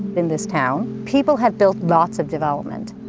in this town, people have built lots of development.